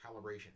calibration